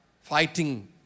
fighting